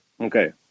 Okay